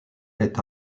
est